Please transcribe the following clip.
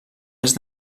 est